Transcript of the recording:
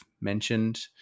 mentioned